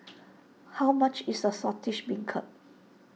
how much is Saltish Beancurd